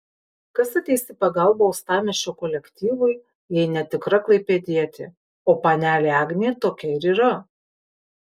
kas ateis į pagalbą uostamiesčio kolektyvui jei ne tikra klaipėdietė o panelė agnė tokia ir yra